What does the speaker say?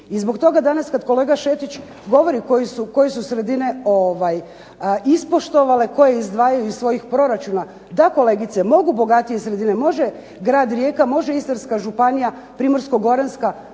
I zbog toga danas kad kolega Šetić govori koje su sredine ispoštovale, koje izdvajaju iz svojih proračuna da kolegice mogu bogatije sredine, može grad Rijeka, može Istarska županija, Primorsko-goranska,